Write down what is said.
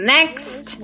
Next